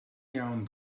iawn